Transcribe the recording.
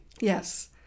Yes